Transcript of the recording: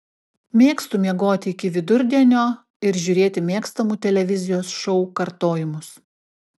mėgstu miegoti iki vidurdienio ir žiūrėti mėgstamų televizijos šou kartojimus